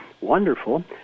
wonderful